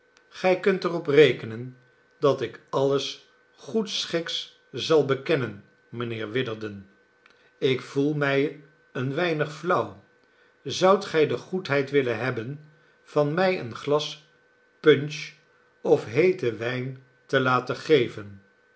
gij kunt er op rekenen dat ik alles goedschiks zal bekennen mijnheer witherden ik voel mij een weinig flauw zoudt gij de goedheid willen hebben van mij een glas punch of heeten wijn te laten geven